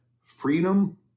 freedom